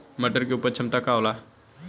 मटर के उपज क्षमता का होला?